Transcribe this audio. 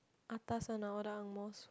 atas one ah all the angmohs